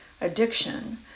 addiction